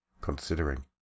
considering